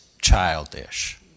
childish